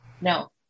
No